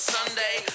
Sunday